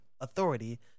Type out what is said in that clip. authority